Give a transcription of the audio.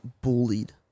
bullied